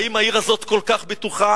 האם העיר הזאת כל כך בטוחה?